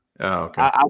Okay